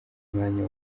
mwanya